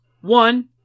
one